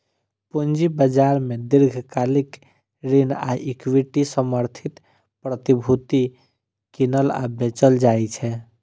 पूंजी बाजार मे दीर्घकालिक ऋण आ इक्विटी समर्थित प्रतिभूति कीनल आ बेचल जाइ छै